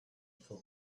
for